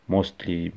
Mostly